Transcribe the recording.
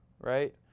right